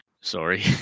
Sorry